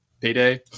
payday